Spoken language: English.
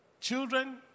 children